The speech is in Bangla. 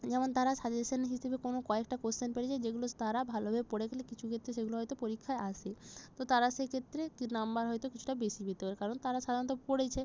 যেমন তারা সাজেশন হিসেবে কোনো কয়েকটা কোয়েশ্চেন পেরে যায় যেগুলো স্ তারা ভালোভাবে পড়ে গেলে কিছু ক্ষেত্রে সেগুলো হয়তো পরীক্ষায় আসে তো তারা সেই ক্ষেত্রে কী নাম্বার হয়তো কিছুটা বেশি পেতে পারে কারণ তারা সাধারণত পড়েছে